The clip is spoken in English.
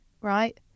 Right